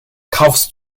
kaufst